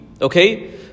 okay،